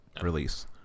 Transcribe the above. release